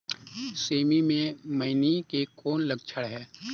सेमी मे मईनी के कौन लक्षण हे?